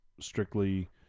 strictly